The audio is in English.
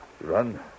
Run